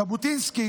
ז'בוטינסקי